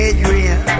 Adrian